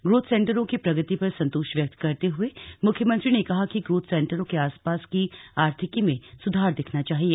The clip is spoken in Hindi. ग्रोथ सेंटरों की प्रगति पर संतोष व्यक्त करते हुए मुख्यमंत्री ने कहा कि ग्रोथ सेंटरों के आसपास की आर्थिकी में सुधार दिखना चाहिए